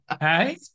hey